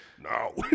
No